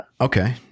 Okay